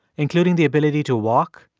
including the ability to walk,